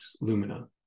Lumina